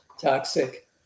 toxic